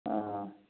ꯑ